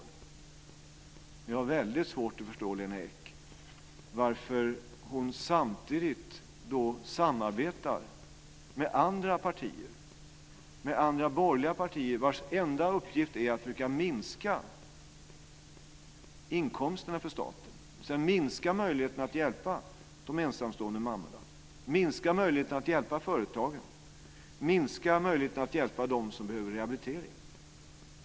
Men jag har väldigt svårt att förstå varför Lena Ek samtidigt samarbetar med andra borgerliga partier vars enda uppgift är att försöka minska inkomsterna för staten, dvs. minska möjligheterna att hjälpa de ensamstående mammorna, minska möjligheten att hjälpa företagare, minska möjligheten att hjälpa dem som behöver rehabilitering.